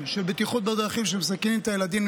של בטיחות בדרכים שמסכנים את הילדים,